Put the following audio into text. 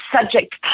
subject